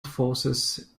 forces